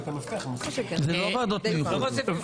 זה לא ועדות מיוחדות.